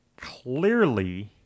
clearly